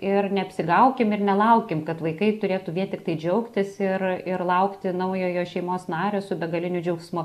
ir neapsigaukim ir nelaukim kad vaikai turėtų vien tiktai džiaugtis ir ir laukti naujojo šeimos nario su begaliniu džiaugsmu